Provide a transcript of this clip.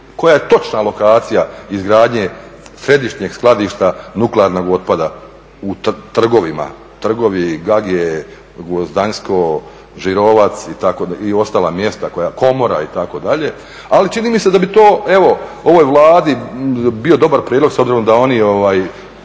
koja je točna lokacija izgradnje središnjeg skladišta nuklearnog otpada u Trgovima? Trgovi, Gagije, Gvozdanjsko, …, itd., i ostala mjesta, Komora, itd. Ali čini mi se da bi to, evo ovoj Vladi bio dobar prijedlog s obzirom da oni tu